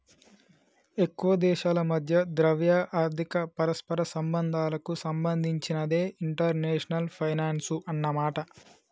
ఎక్కువ దేశాల మధ్య ద్రవ్య ఆర్థిక పరస్పర సంబంధాలకు సంబంధించినదే ఇంటర్నేషనల్ ఫైనాన్సు అన్నమాట